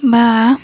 ବା